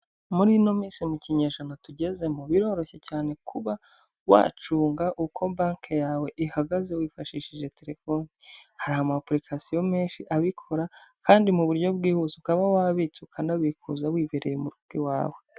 Muri ino minsi mu kinyejana tugezemo biroroshye cyane kuba wacunga uko banki yawe ihagaze wifashishije telefoni, hari amapurikasiyo menshi abikora kandi mu buryo bwihuse, ukaba wabitse ukanabikuza wibereye mu rugo iwawe.